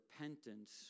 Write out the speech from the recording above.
Repentance